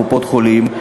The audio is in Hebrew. קופות-חולים,